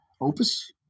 opus